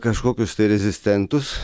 kažkokius tai rezistentus